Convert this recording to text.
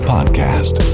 Podcast